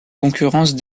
concurrence